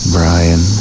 Brian